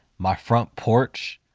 my front porch.